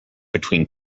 between